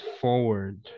forward